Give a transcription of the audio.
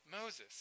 Moses